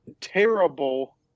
terrible